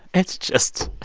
it's just